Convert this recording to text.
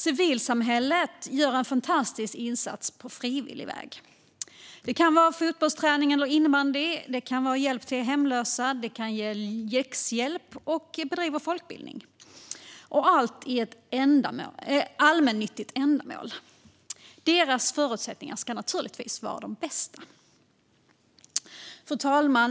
Civilsamhället gör en fantastisk insats på frivillig väg. Det kan vara fotbolls eller innebandyträning, hjälp till hemlösa, läxhjälp eller folkbildning - allt i ett allmännyttigt ändamål. Förutsättningarna för detta ska givetvis vara de bästa. Fru talman!